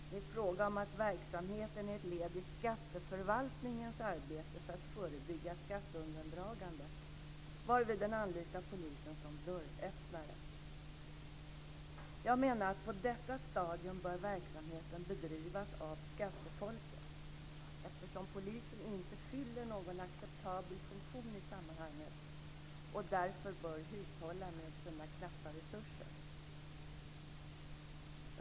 Det är fråga om att verksamheten är ett led i skatteförvaltningens arbete för att förebygga skatteundandragande varvid den anlitar polisen som dörröppnare. Jag menar att på detta stadium bör verksamheten bedrivas av skattefolket eftersom polisen inte fyller någon acceptabel funktion i sammanhanget och därför bör hushålla med sina knappa resurser.